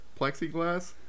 plexiglass